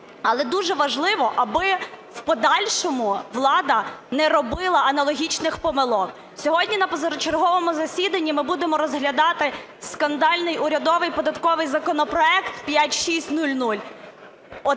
Але дуже важливо, аби в подальшому влада не робила аналогічних помилок. Сьогодні на позачерговому засіданні ми будемо розглядати скандальний урядовий податковий законопроект 5600.